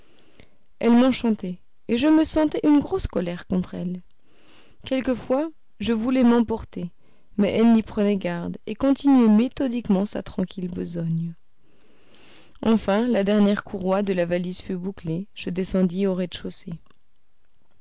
elle m'enchantait et je me sentais une grosse colère contre elle quelquefois je voulais m'emporter mais elle n'y prenait garde et continuait méthodiquement sa tranquille besogne enfin la dernière courroie de la valise fut bouclée je descendis au rez-de-chaussée